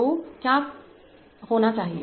तो यह क्या होना चाहिए